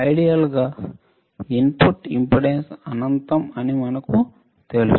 ideal గా input impedance అనంతం అని మనకు తెలుసు